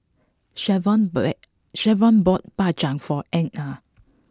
Shavon but it bought Bak Chang for Inga